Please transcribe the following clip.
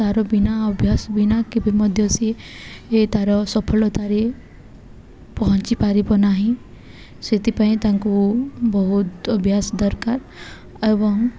ତା'ର ବିନା ଅଭ୍ୟାସ ବିନା କେବେ ମଧ୍ୟ ସିଏ ତା'ର ସଫଳତାରେ ପହଞ୍ଚି ପାରିବ ନାହିଁ ସେଥିପାଇଁ ତାଙ୍କୁ ବହୁତ ଅଭ୍ୟାସ ଦରକାର ଏବଂ